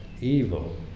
evil